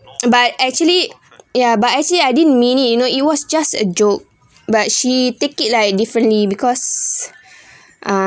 but actually yeah but actually I didn't mean it you know it was just a joke but she take it like differently because ah